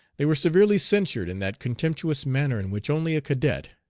they were severely censured in that contemptuous manner in which only a cadet,